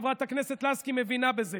חברת הכנסת לסקי מבינה בזה,